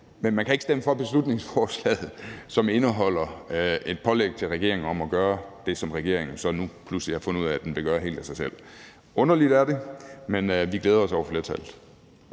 Men man kan ikke stemme for beslutningsforslaget, som indeholder et pålæg til regeringen om at gøre det, som regeringen så nu pludselig har fundet ud af at den vil gøre helt af sig selv. Underligt er det, men vi glæder os over flertallet.